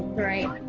right,